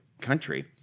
country